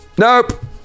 Nope